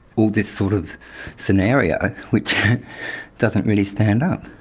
all this sort of scenario which doesn't really stand up,